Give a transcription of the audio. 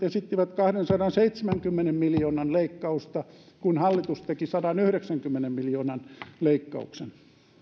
esittivät kahdensadanseitsemänkymmenen miljoonan leikkausta kun hallitus teki sadanyhdeksänkymmenen miljoonan leikkauksen